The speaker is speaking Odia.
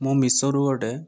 ମୁ ମିସୋ ରୁ ଗୋଟିଏ